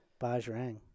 Bajrang